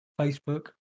Facebook